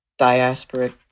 diasporic